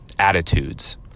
attitudes